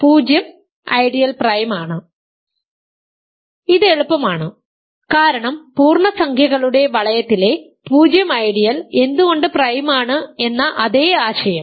0 ideal prime ആണ് ഇത് എളുപ്പമാണ് കാരണം പൂർണ്ണസംഖ്യകളുടെ വലയത്തിലെ 0 ഐഡിയൽ എന്തുകൊണ്ട് പ്രൈമാണ് എന്ന അതേ ആശയം